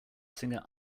singer